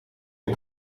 een